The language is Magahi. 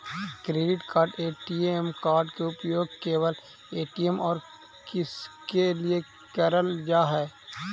क्रेडिट कार्ड ए.टी.एम कार्ड के उपयोग केवल ए.टी.एम और किसके के लिए करल जा है?